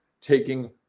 taking